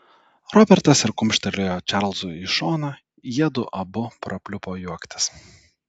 robertas ir kumštelėjo čarlzui į šoną jiedu abu prapliupo juoktis